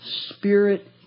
Spirit